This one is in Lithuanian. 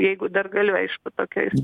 jeigu dar galiu aišku